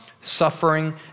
suffering